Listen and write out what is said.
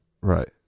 Right